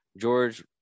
George